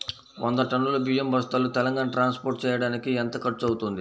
వంద టన్నులు బియ్యం బస్తాలు తెలంగాణ ట్రాస్పోర్ట్ చేయటానికి కి ఎంత ఖర్చు అవుతుంది?